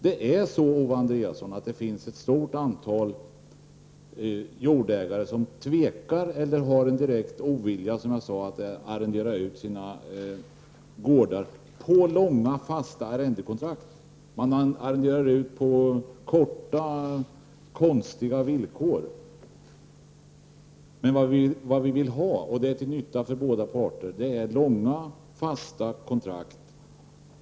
Det finns, Owe Andréasson, ett stort antal jordägare som tvekar eller, som jag sade tidigare, hyser en direkt ovilja mot att arrendera ut sina gårdar på långa, fasta arrendekontrakt. De arrenderar i stället ut dem på korta perioder och konstiga villkor. Vad vi vill ha, och vad som är till nytta för båda parter, är långa, fasta kontrakt.